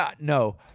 No